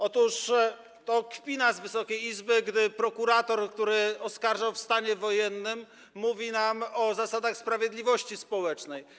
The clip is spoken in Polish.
Otóż to kpina z Wysokiej Izby, gdy prokurator, który oskarżał w stanie wojennym, mówi nam o zasadach sprawiedliwości społecznej.